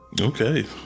Okay